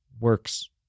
works